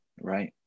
Right